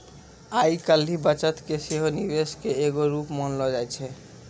आइ काल्हि बचत के सेहो निवेशे के एगो रुप मानलो जाय छै